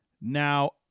Now